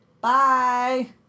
Bye